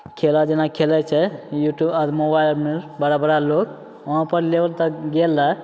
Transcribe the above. खेला जेना खेलै छै यूट्यूब मोबाइलमे बड़ा बड़ा लोक वहाँपर लेवल तक गेलै